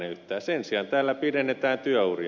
sen sijaan tällä pidennetään työuria